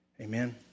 Amen